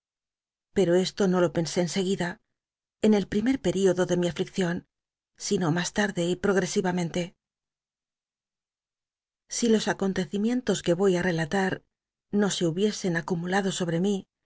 pero esto no lo pensó en seguida en el primer pcl'iodo de mi a liccion sino mas l arde y pt'ogtesivamenl e si los acontecimientos que i'oy ü relatar no se hubiesen acumulado sobre mí